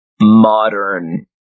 modern